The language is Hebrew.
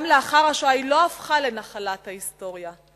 גם לאחר השואה היא לא הפכה לנחלת ההיסטוריה.